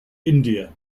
india